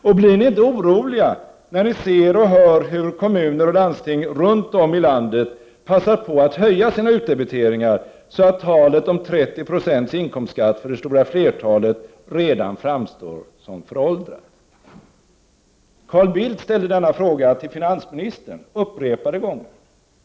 Och blir ni inte oroliga, när ni ser och hör hur kommuner och landsting runt om i landet passar på att höja sina utdebiteringar, så att talet om 30 0 inkomstskatt för det stora flertalet redan framstår som föråldrat? Carl Bildt ställde denna fråga till finansministern upprepade gånger.